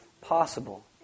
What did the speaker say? possible